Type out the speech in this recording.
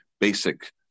basic